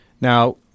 Now